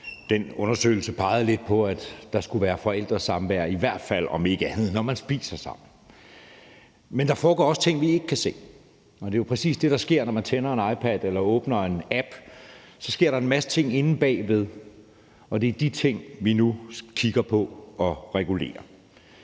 Den undersøgelse pegede lidt på, at der skulle være forældresamvær, i hvert fald om ikke andet, når man spiser sammen. Men der foregår også ting, vi ikke kan se, og det er jo præcis det, der sker, når man tænder en iPad eller man åbner en app, altså at der sker en masse ting inde bagved, og det er de ting, vi nu kigger på at regulere.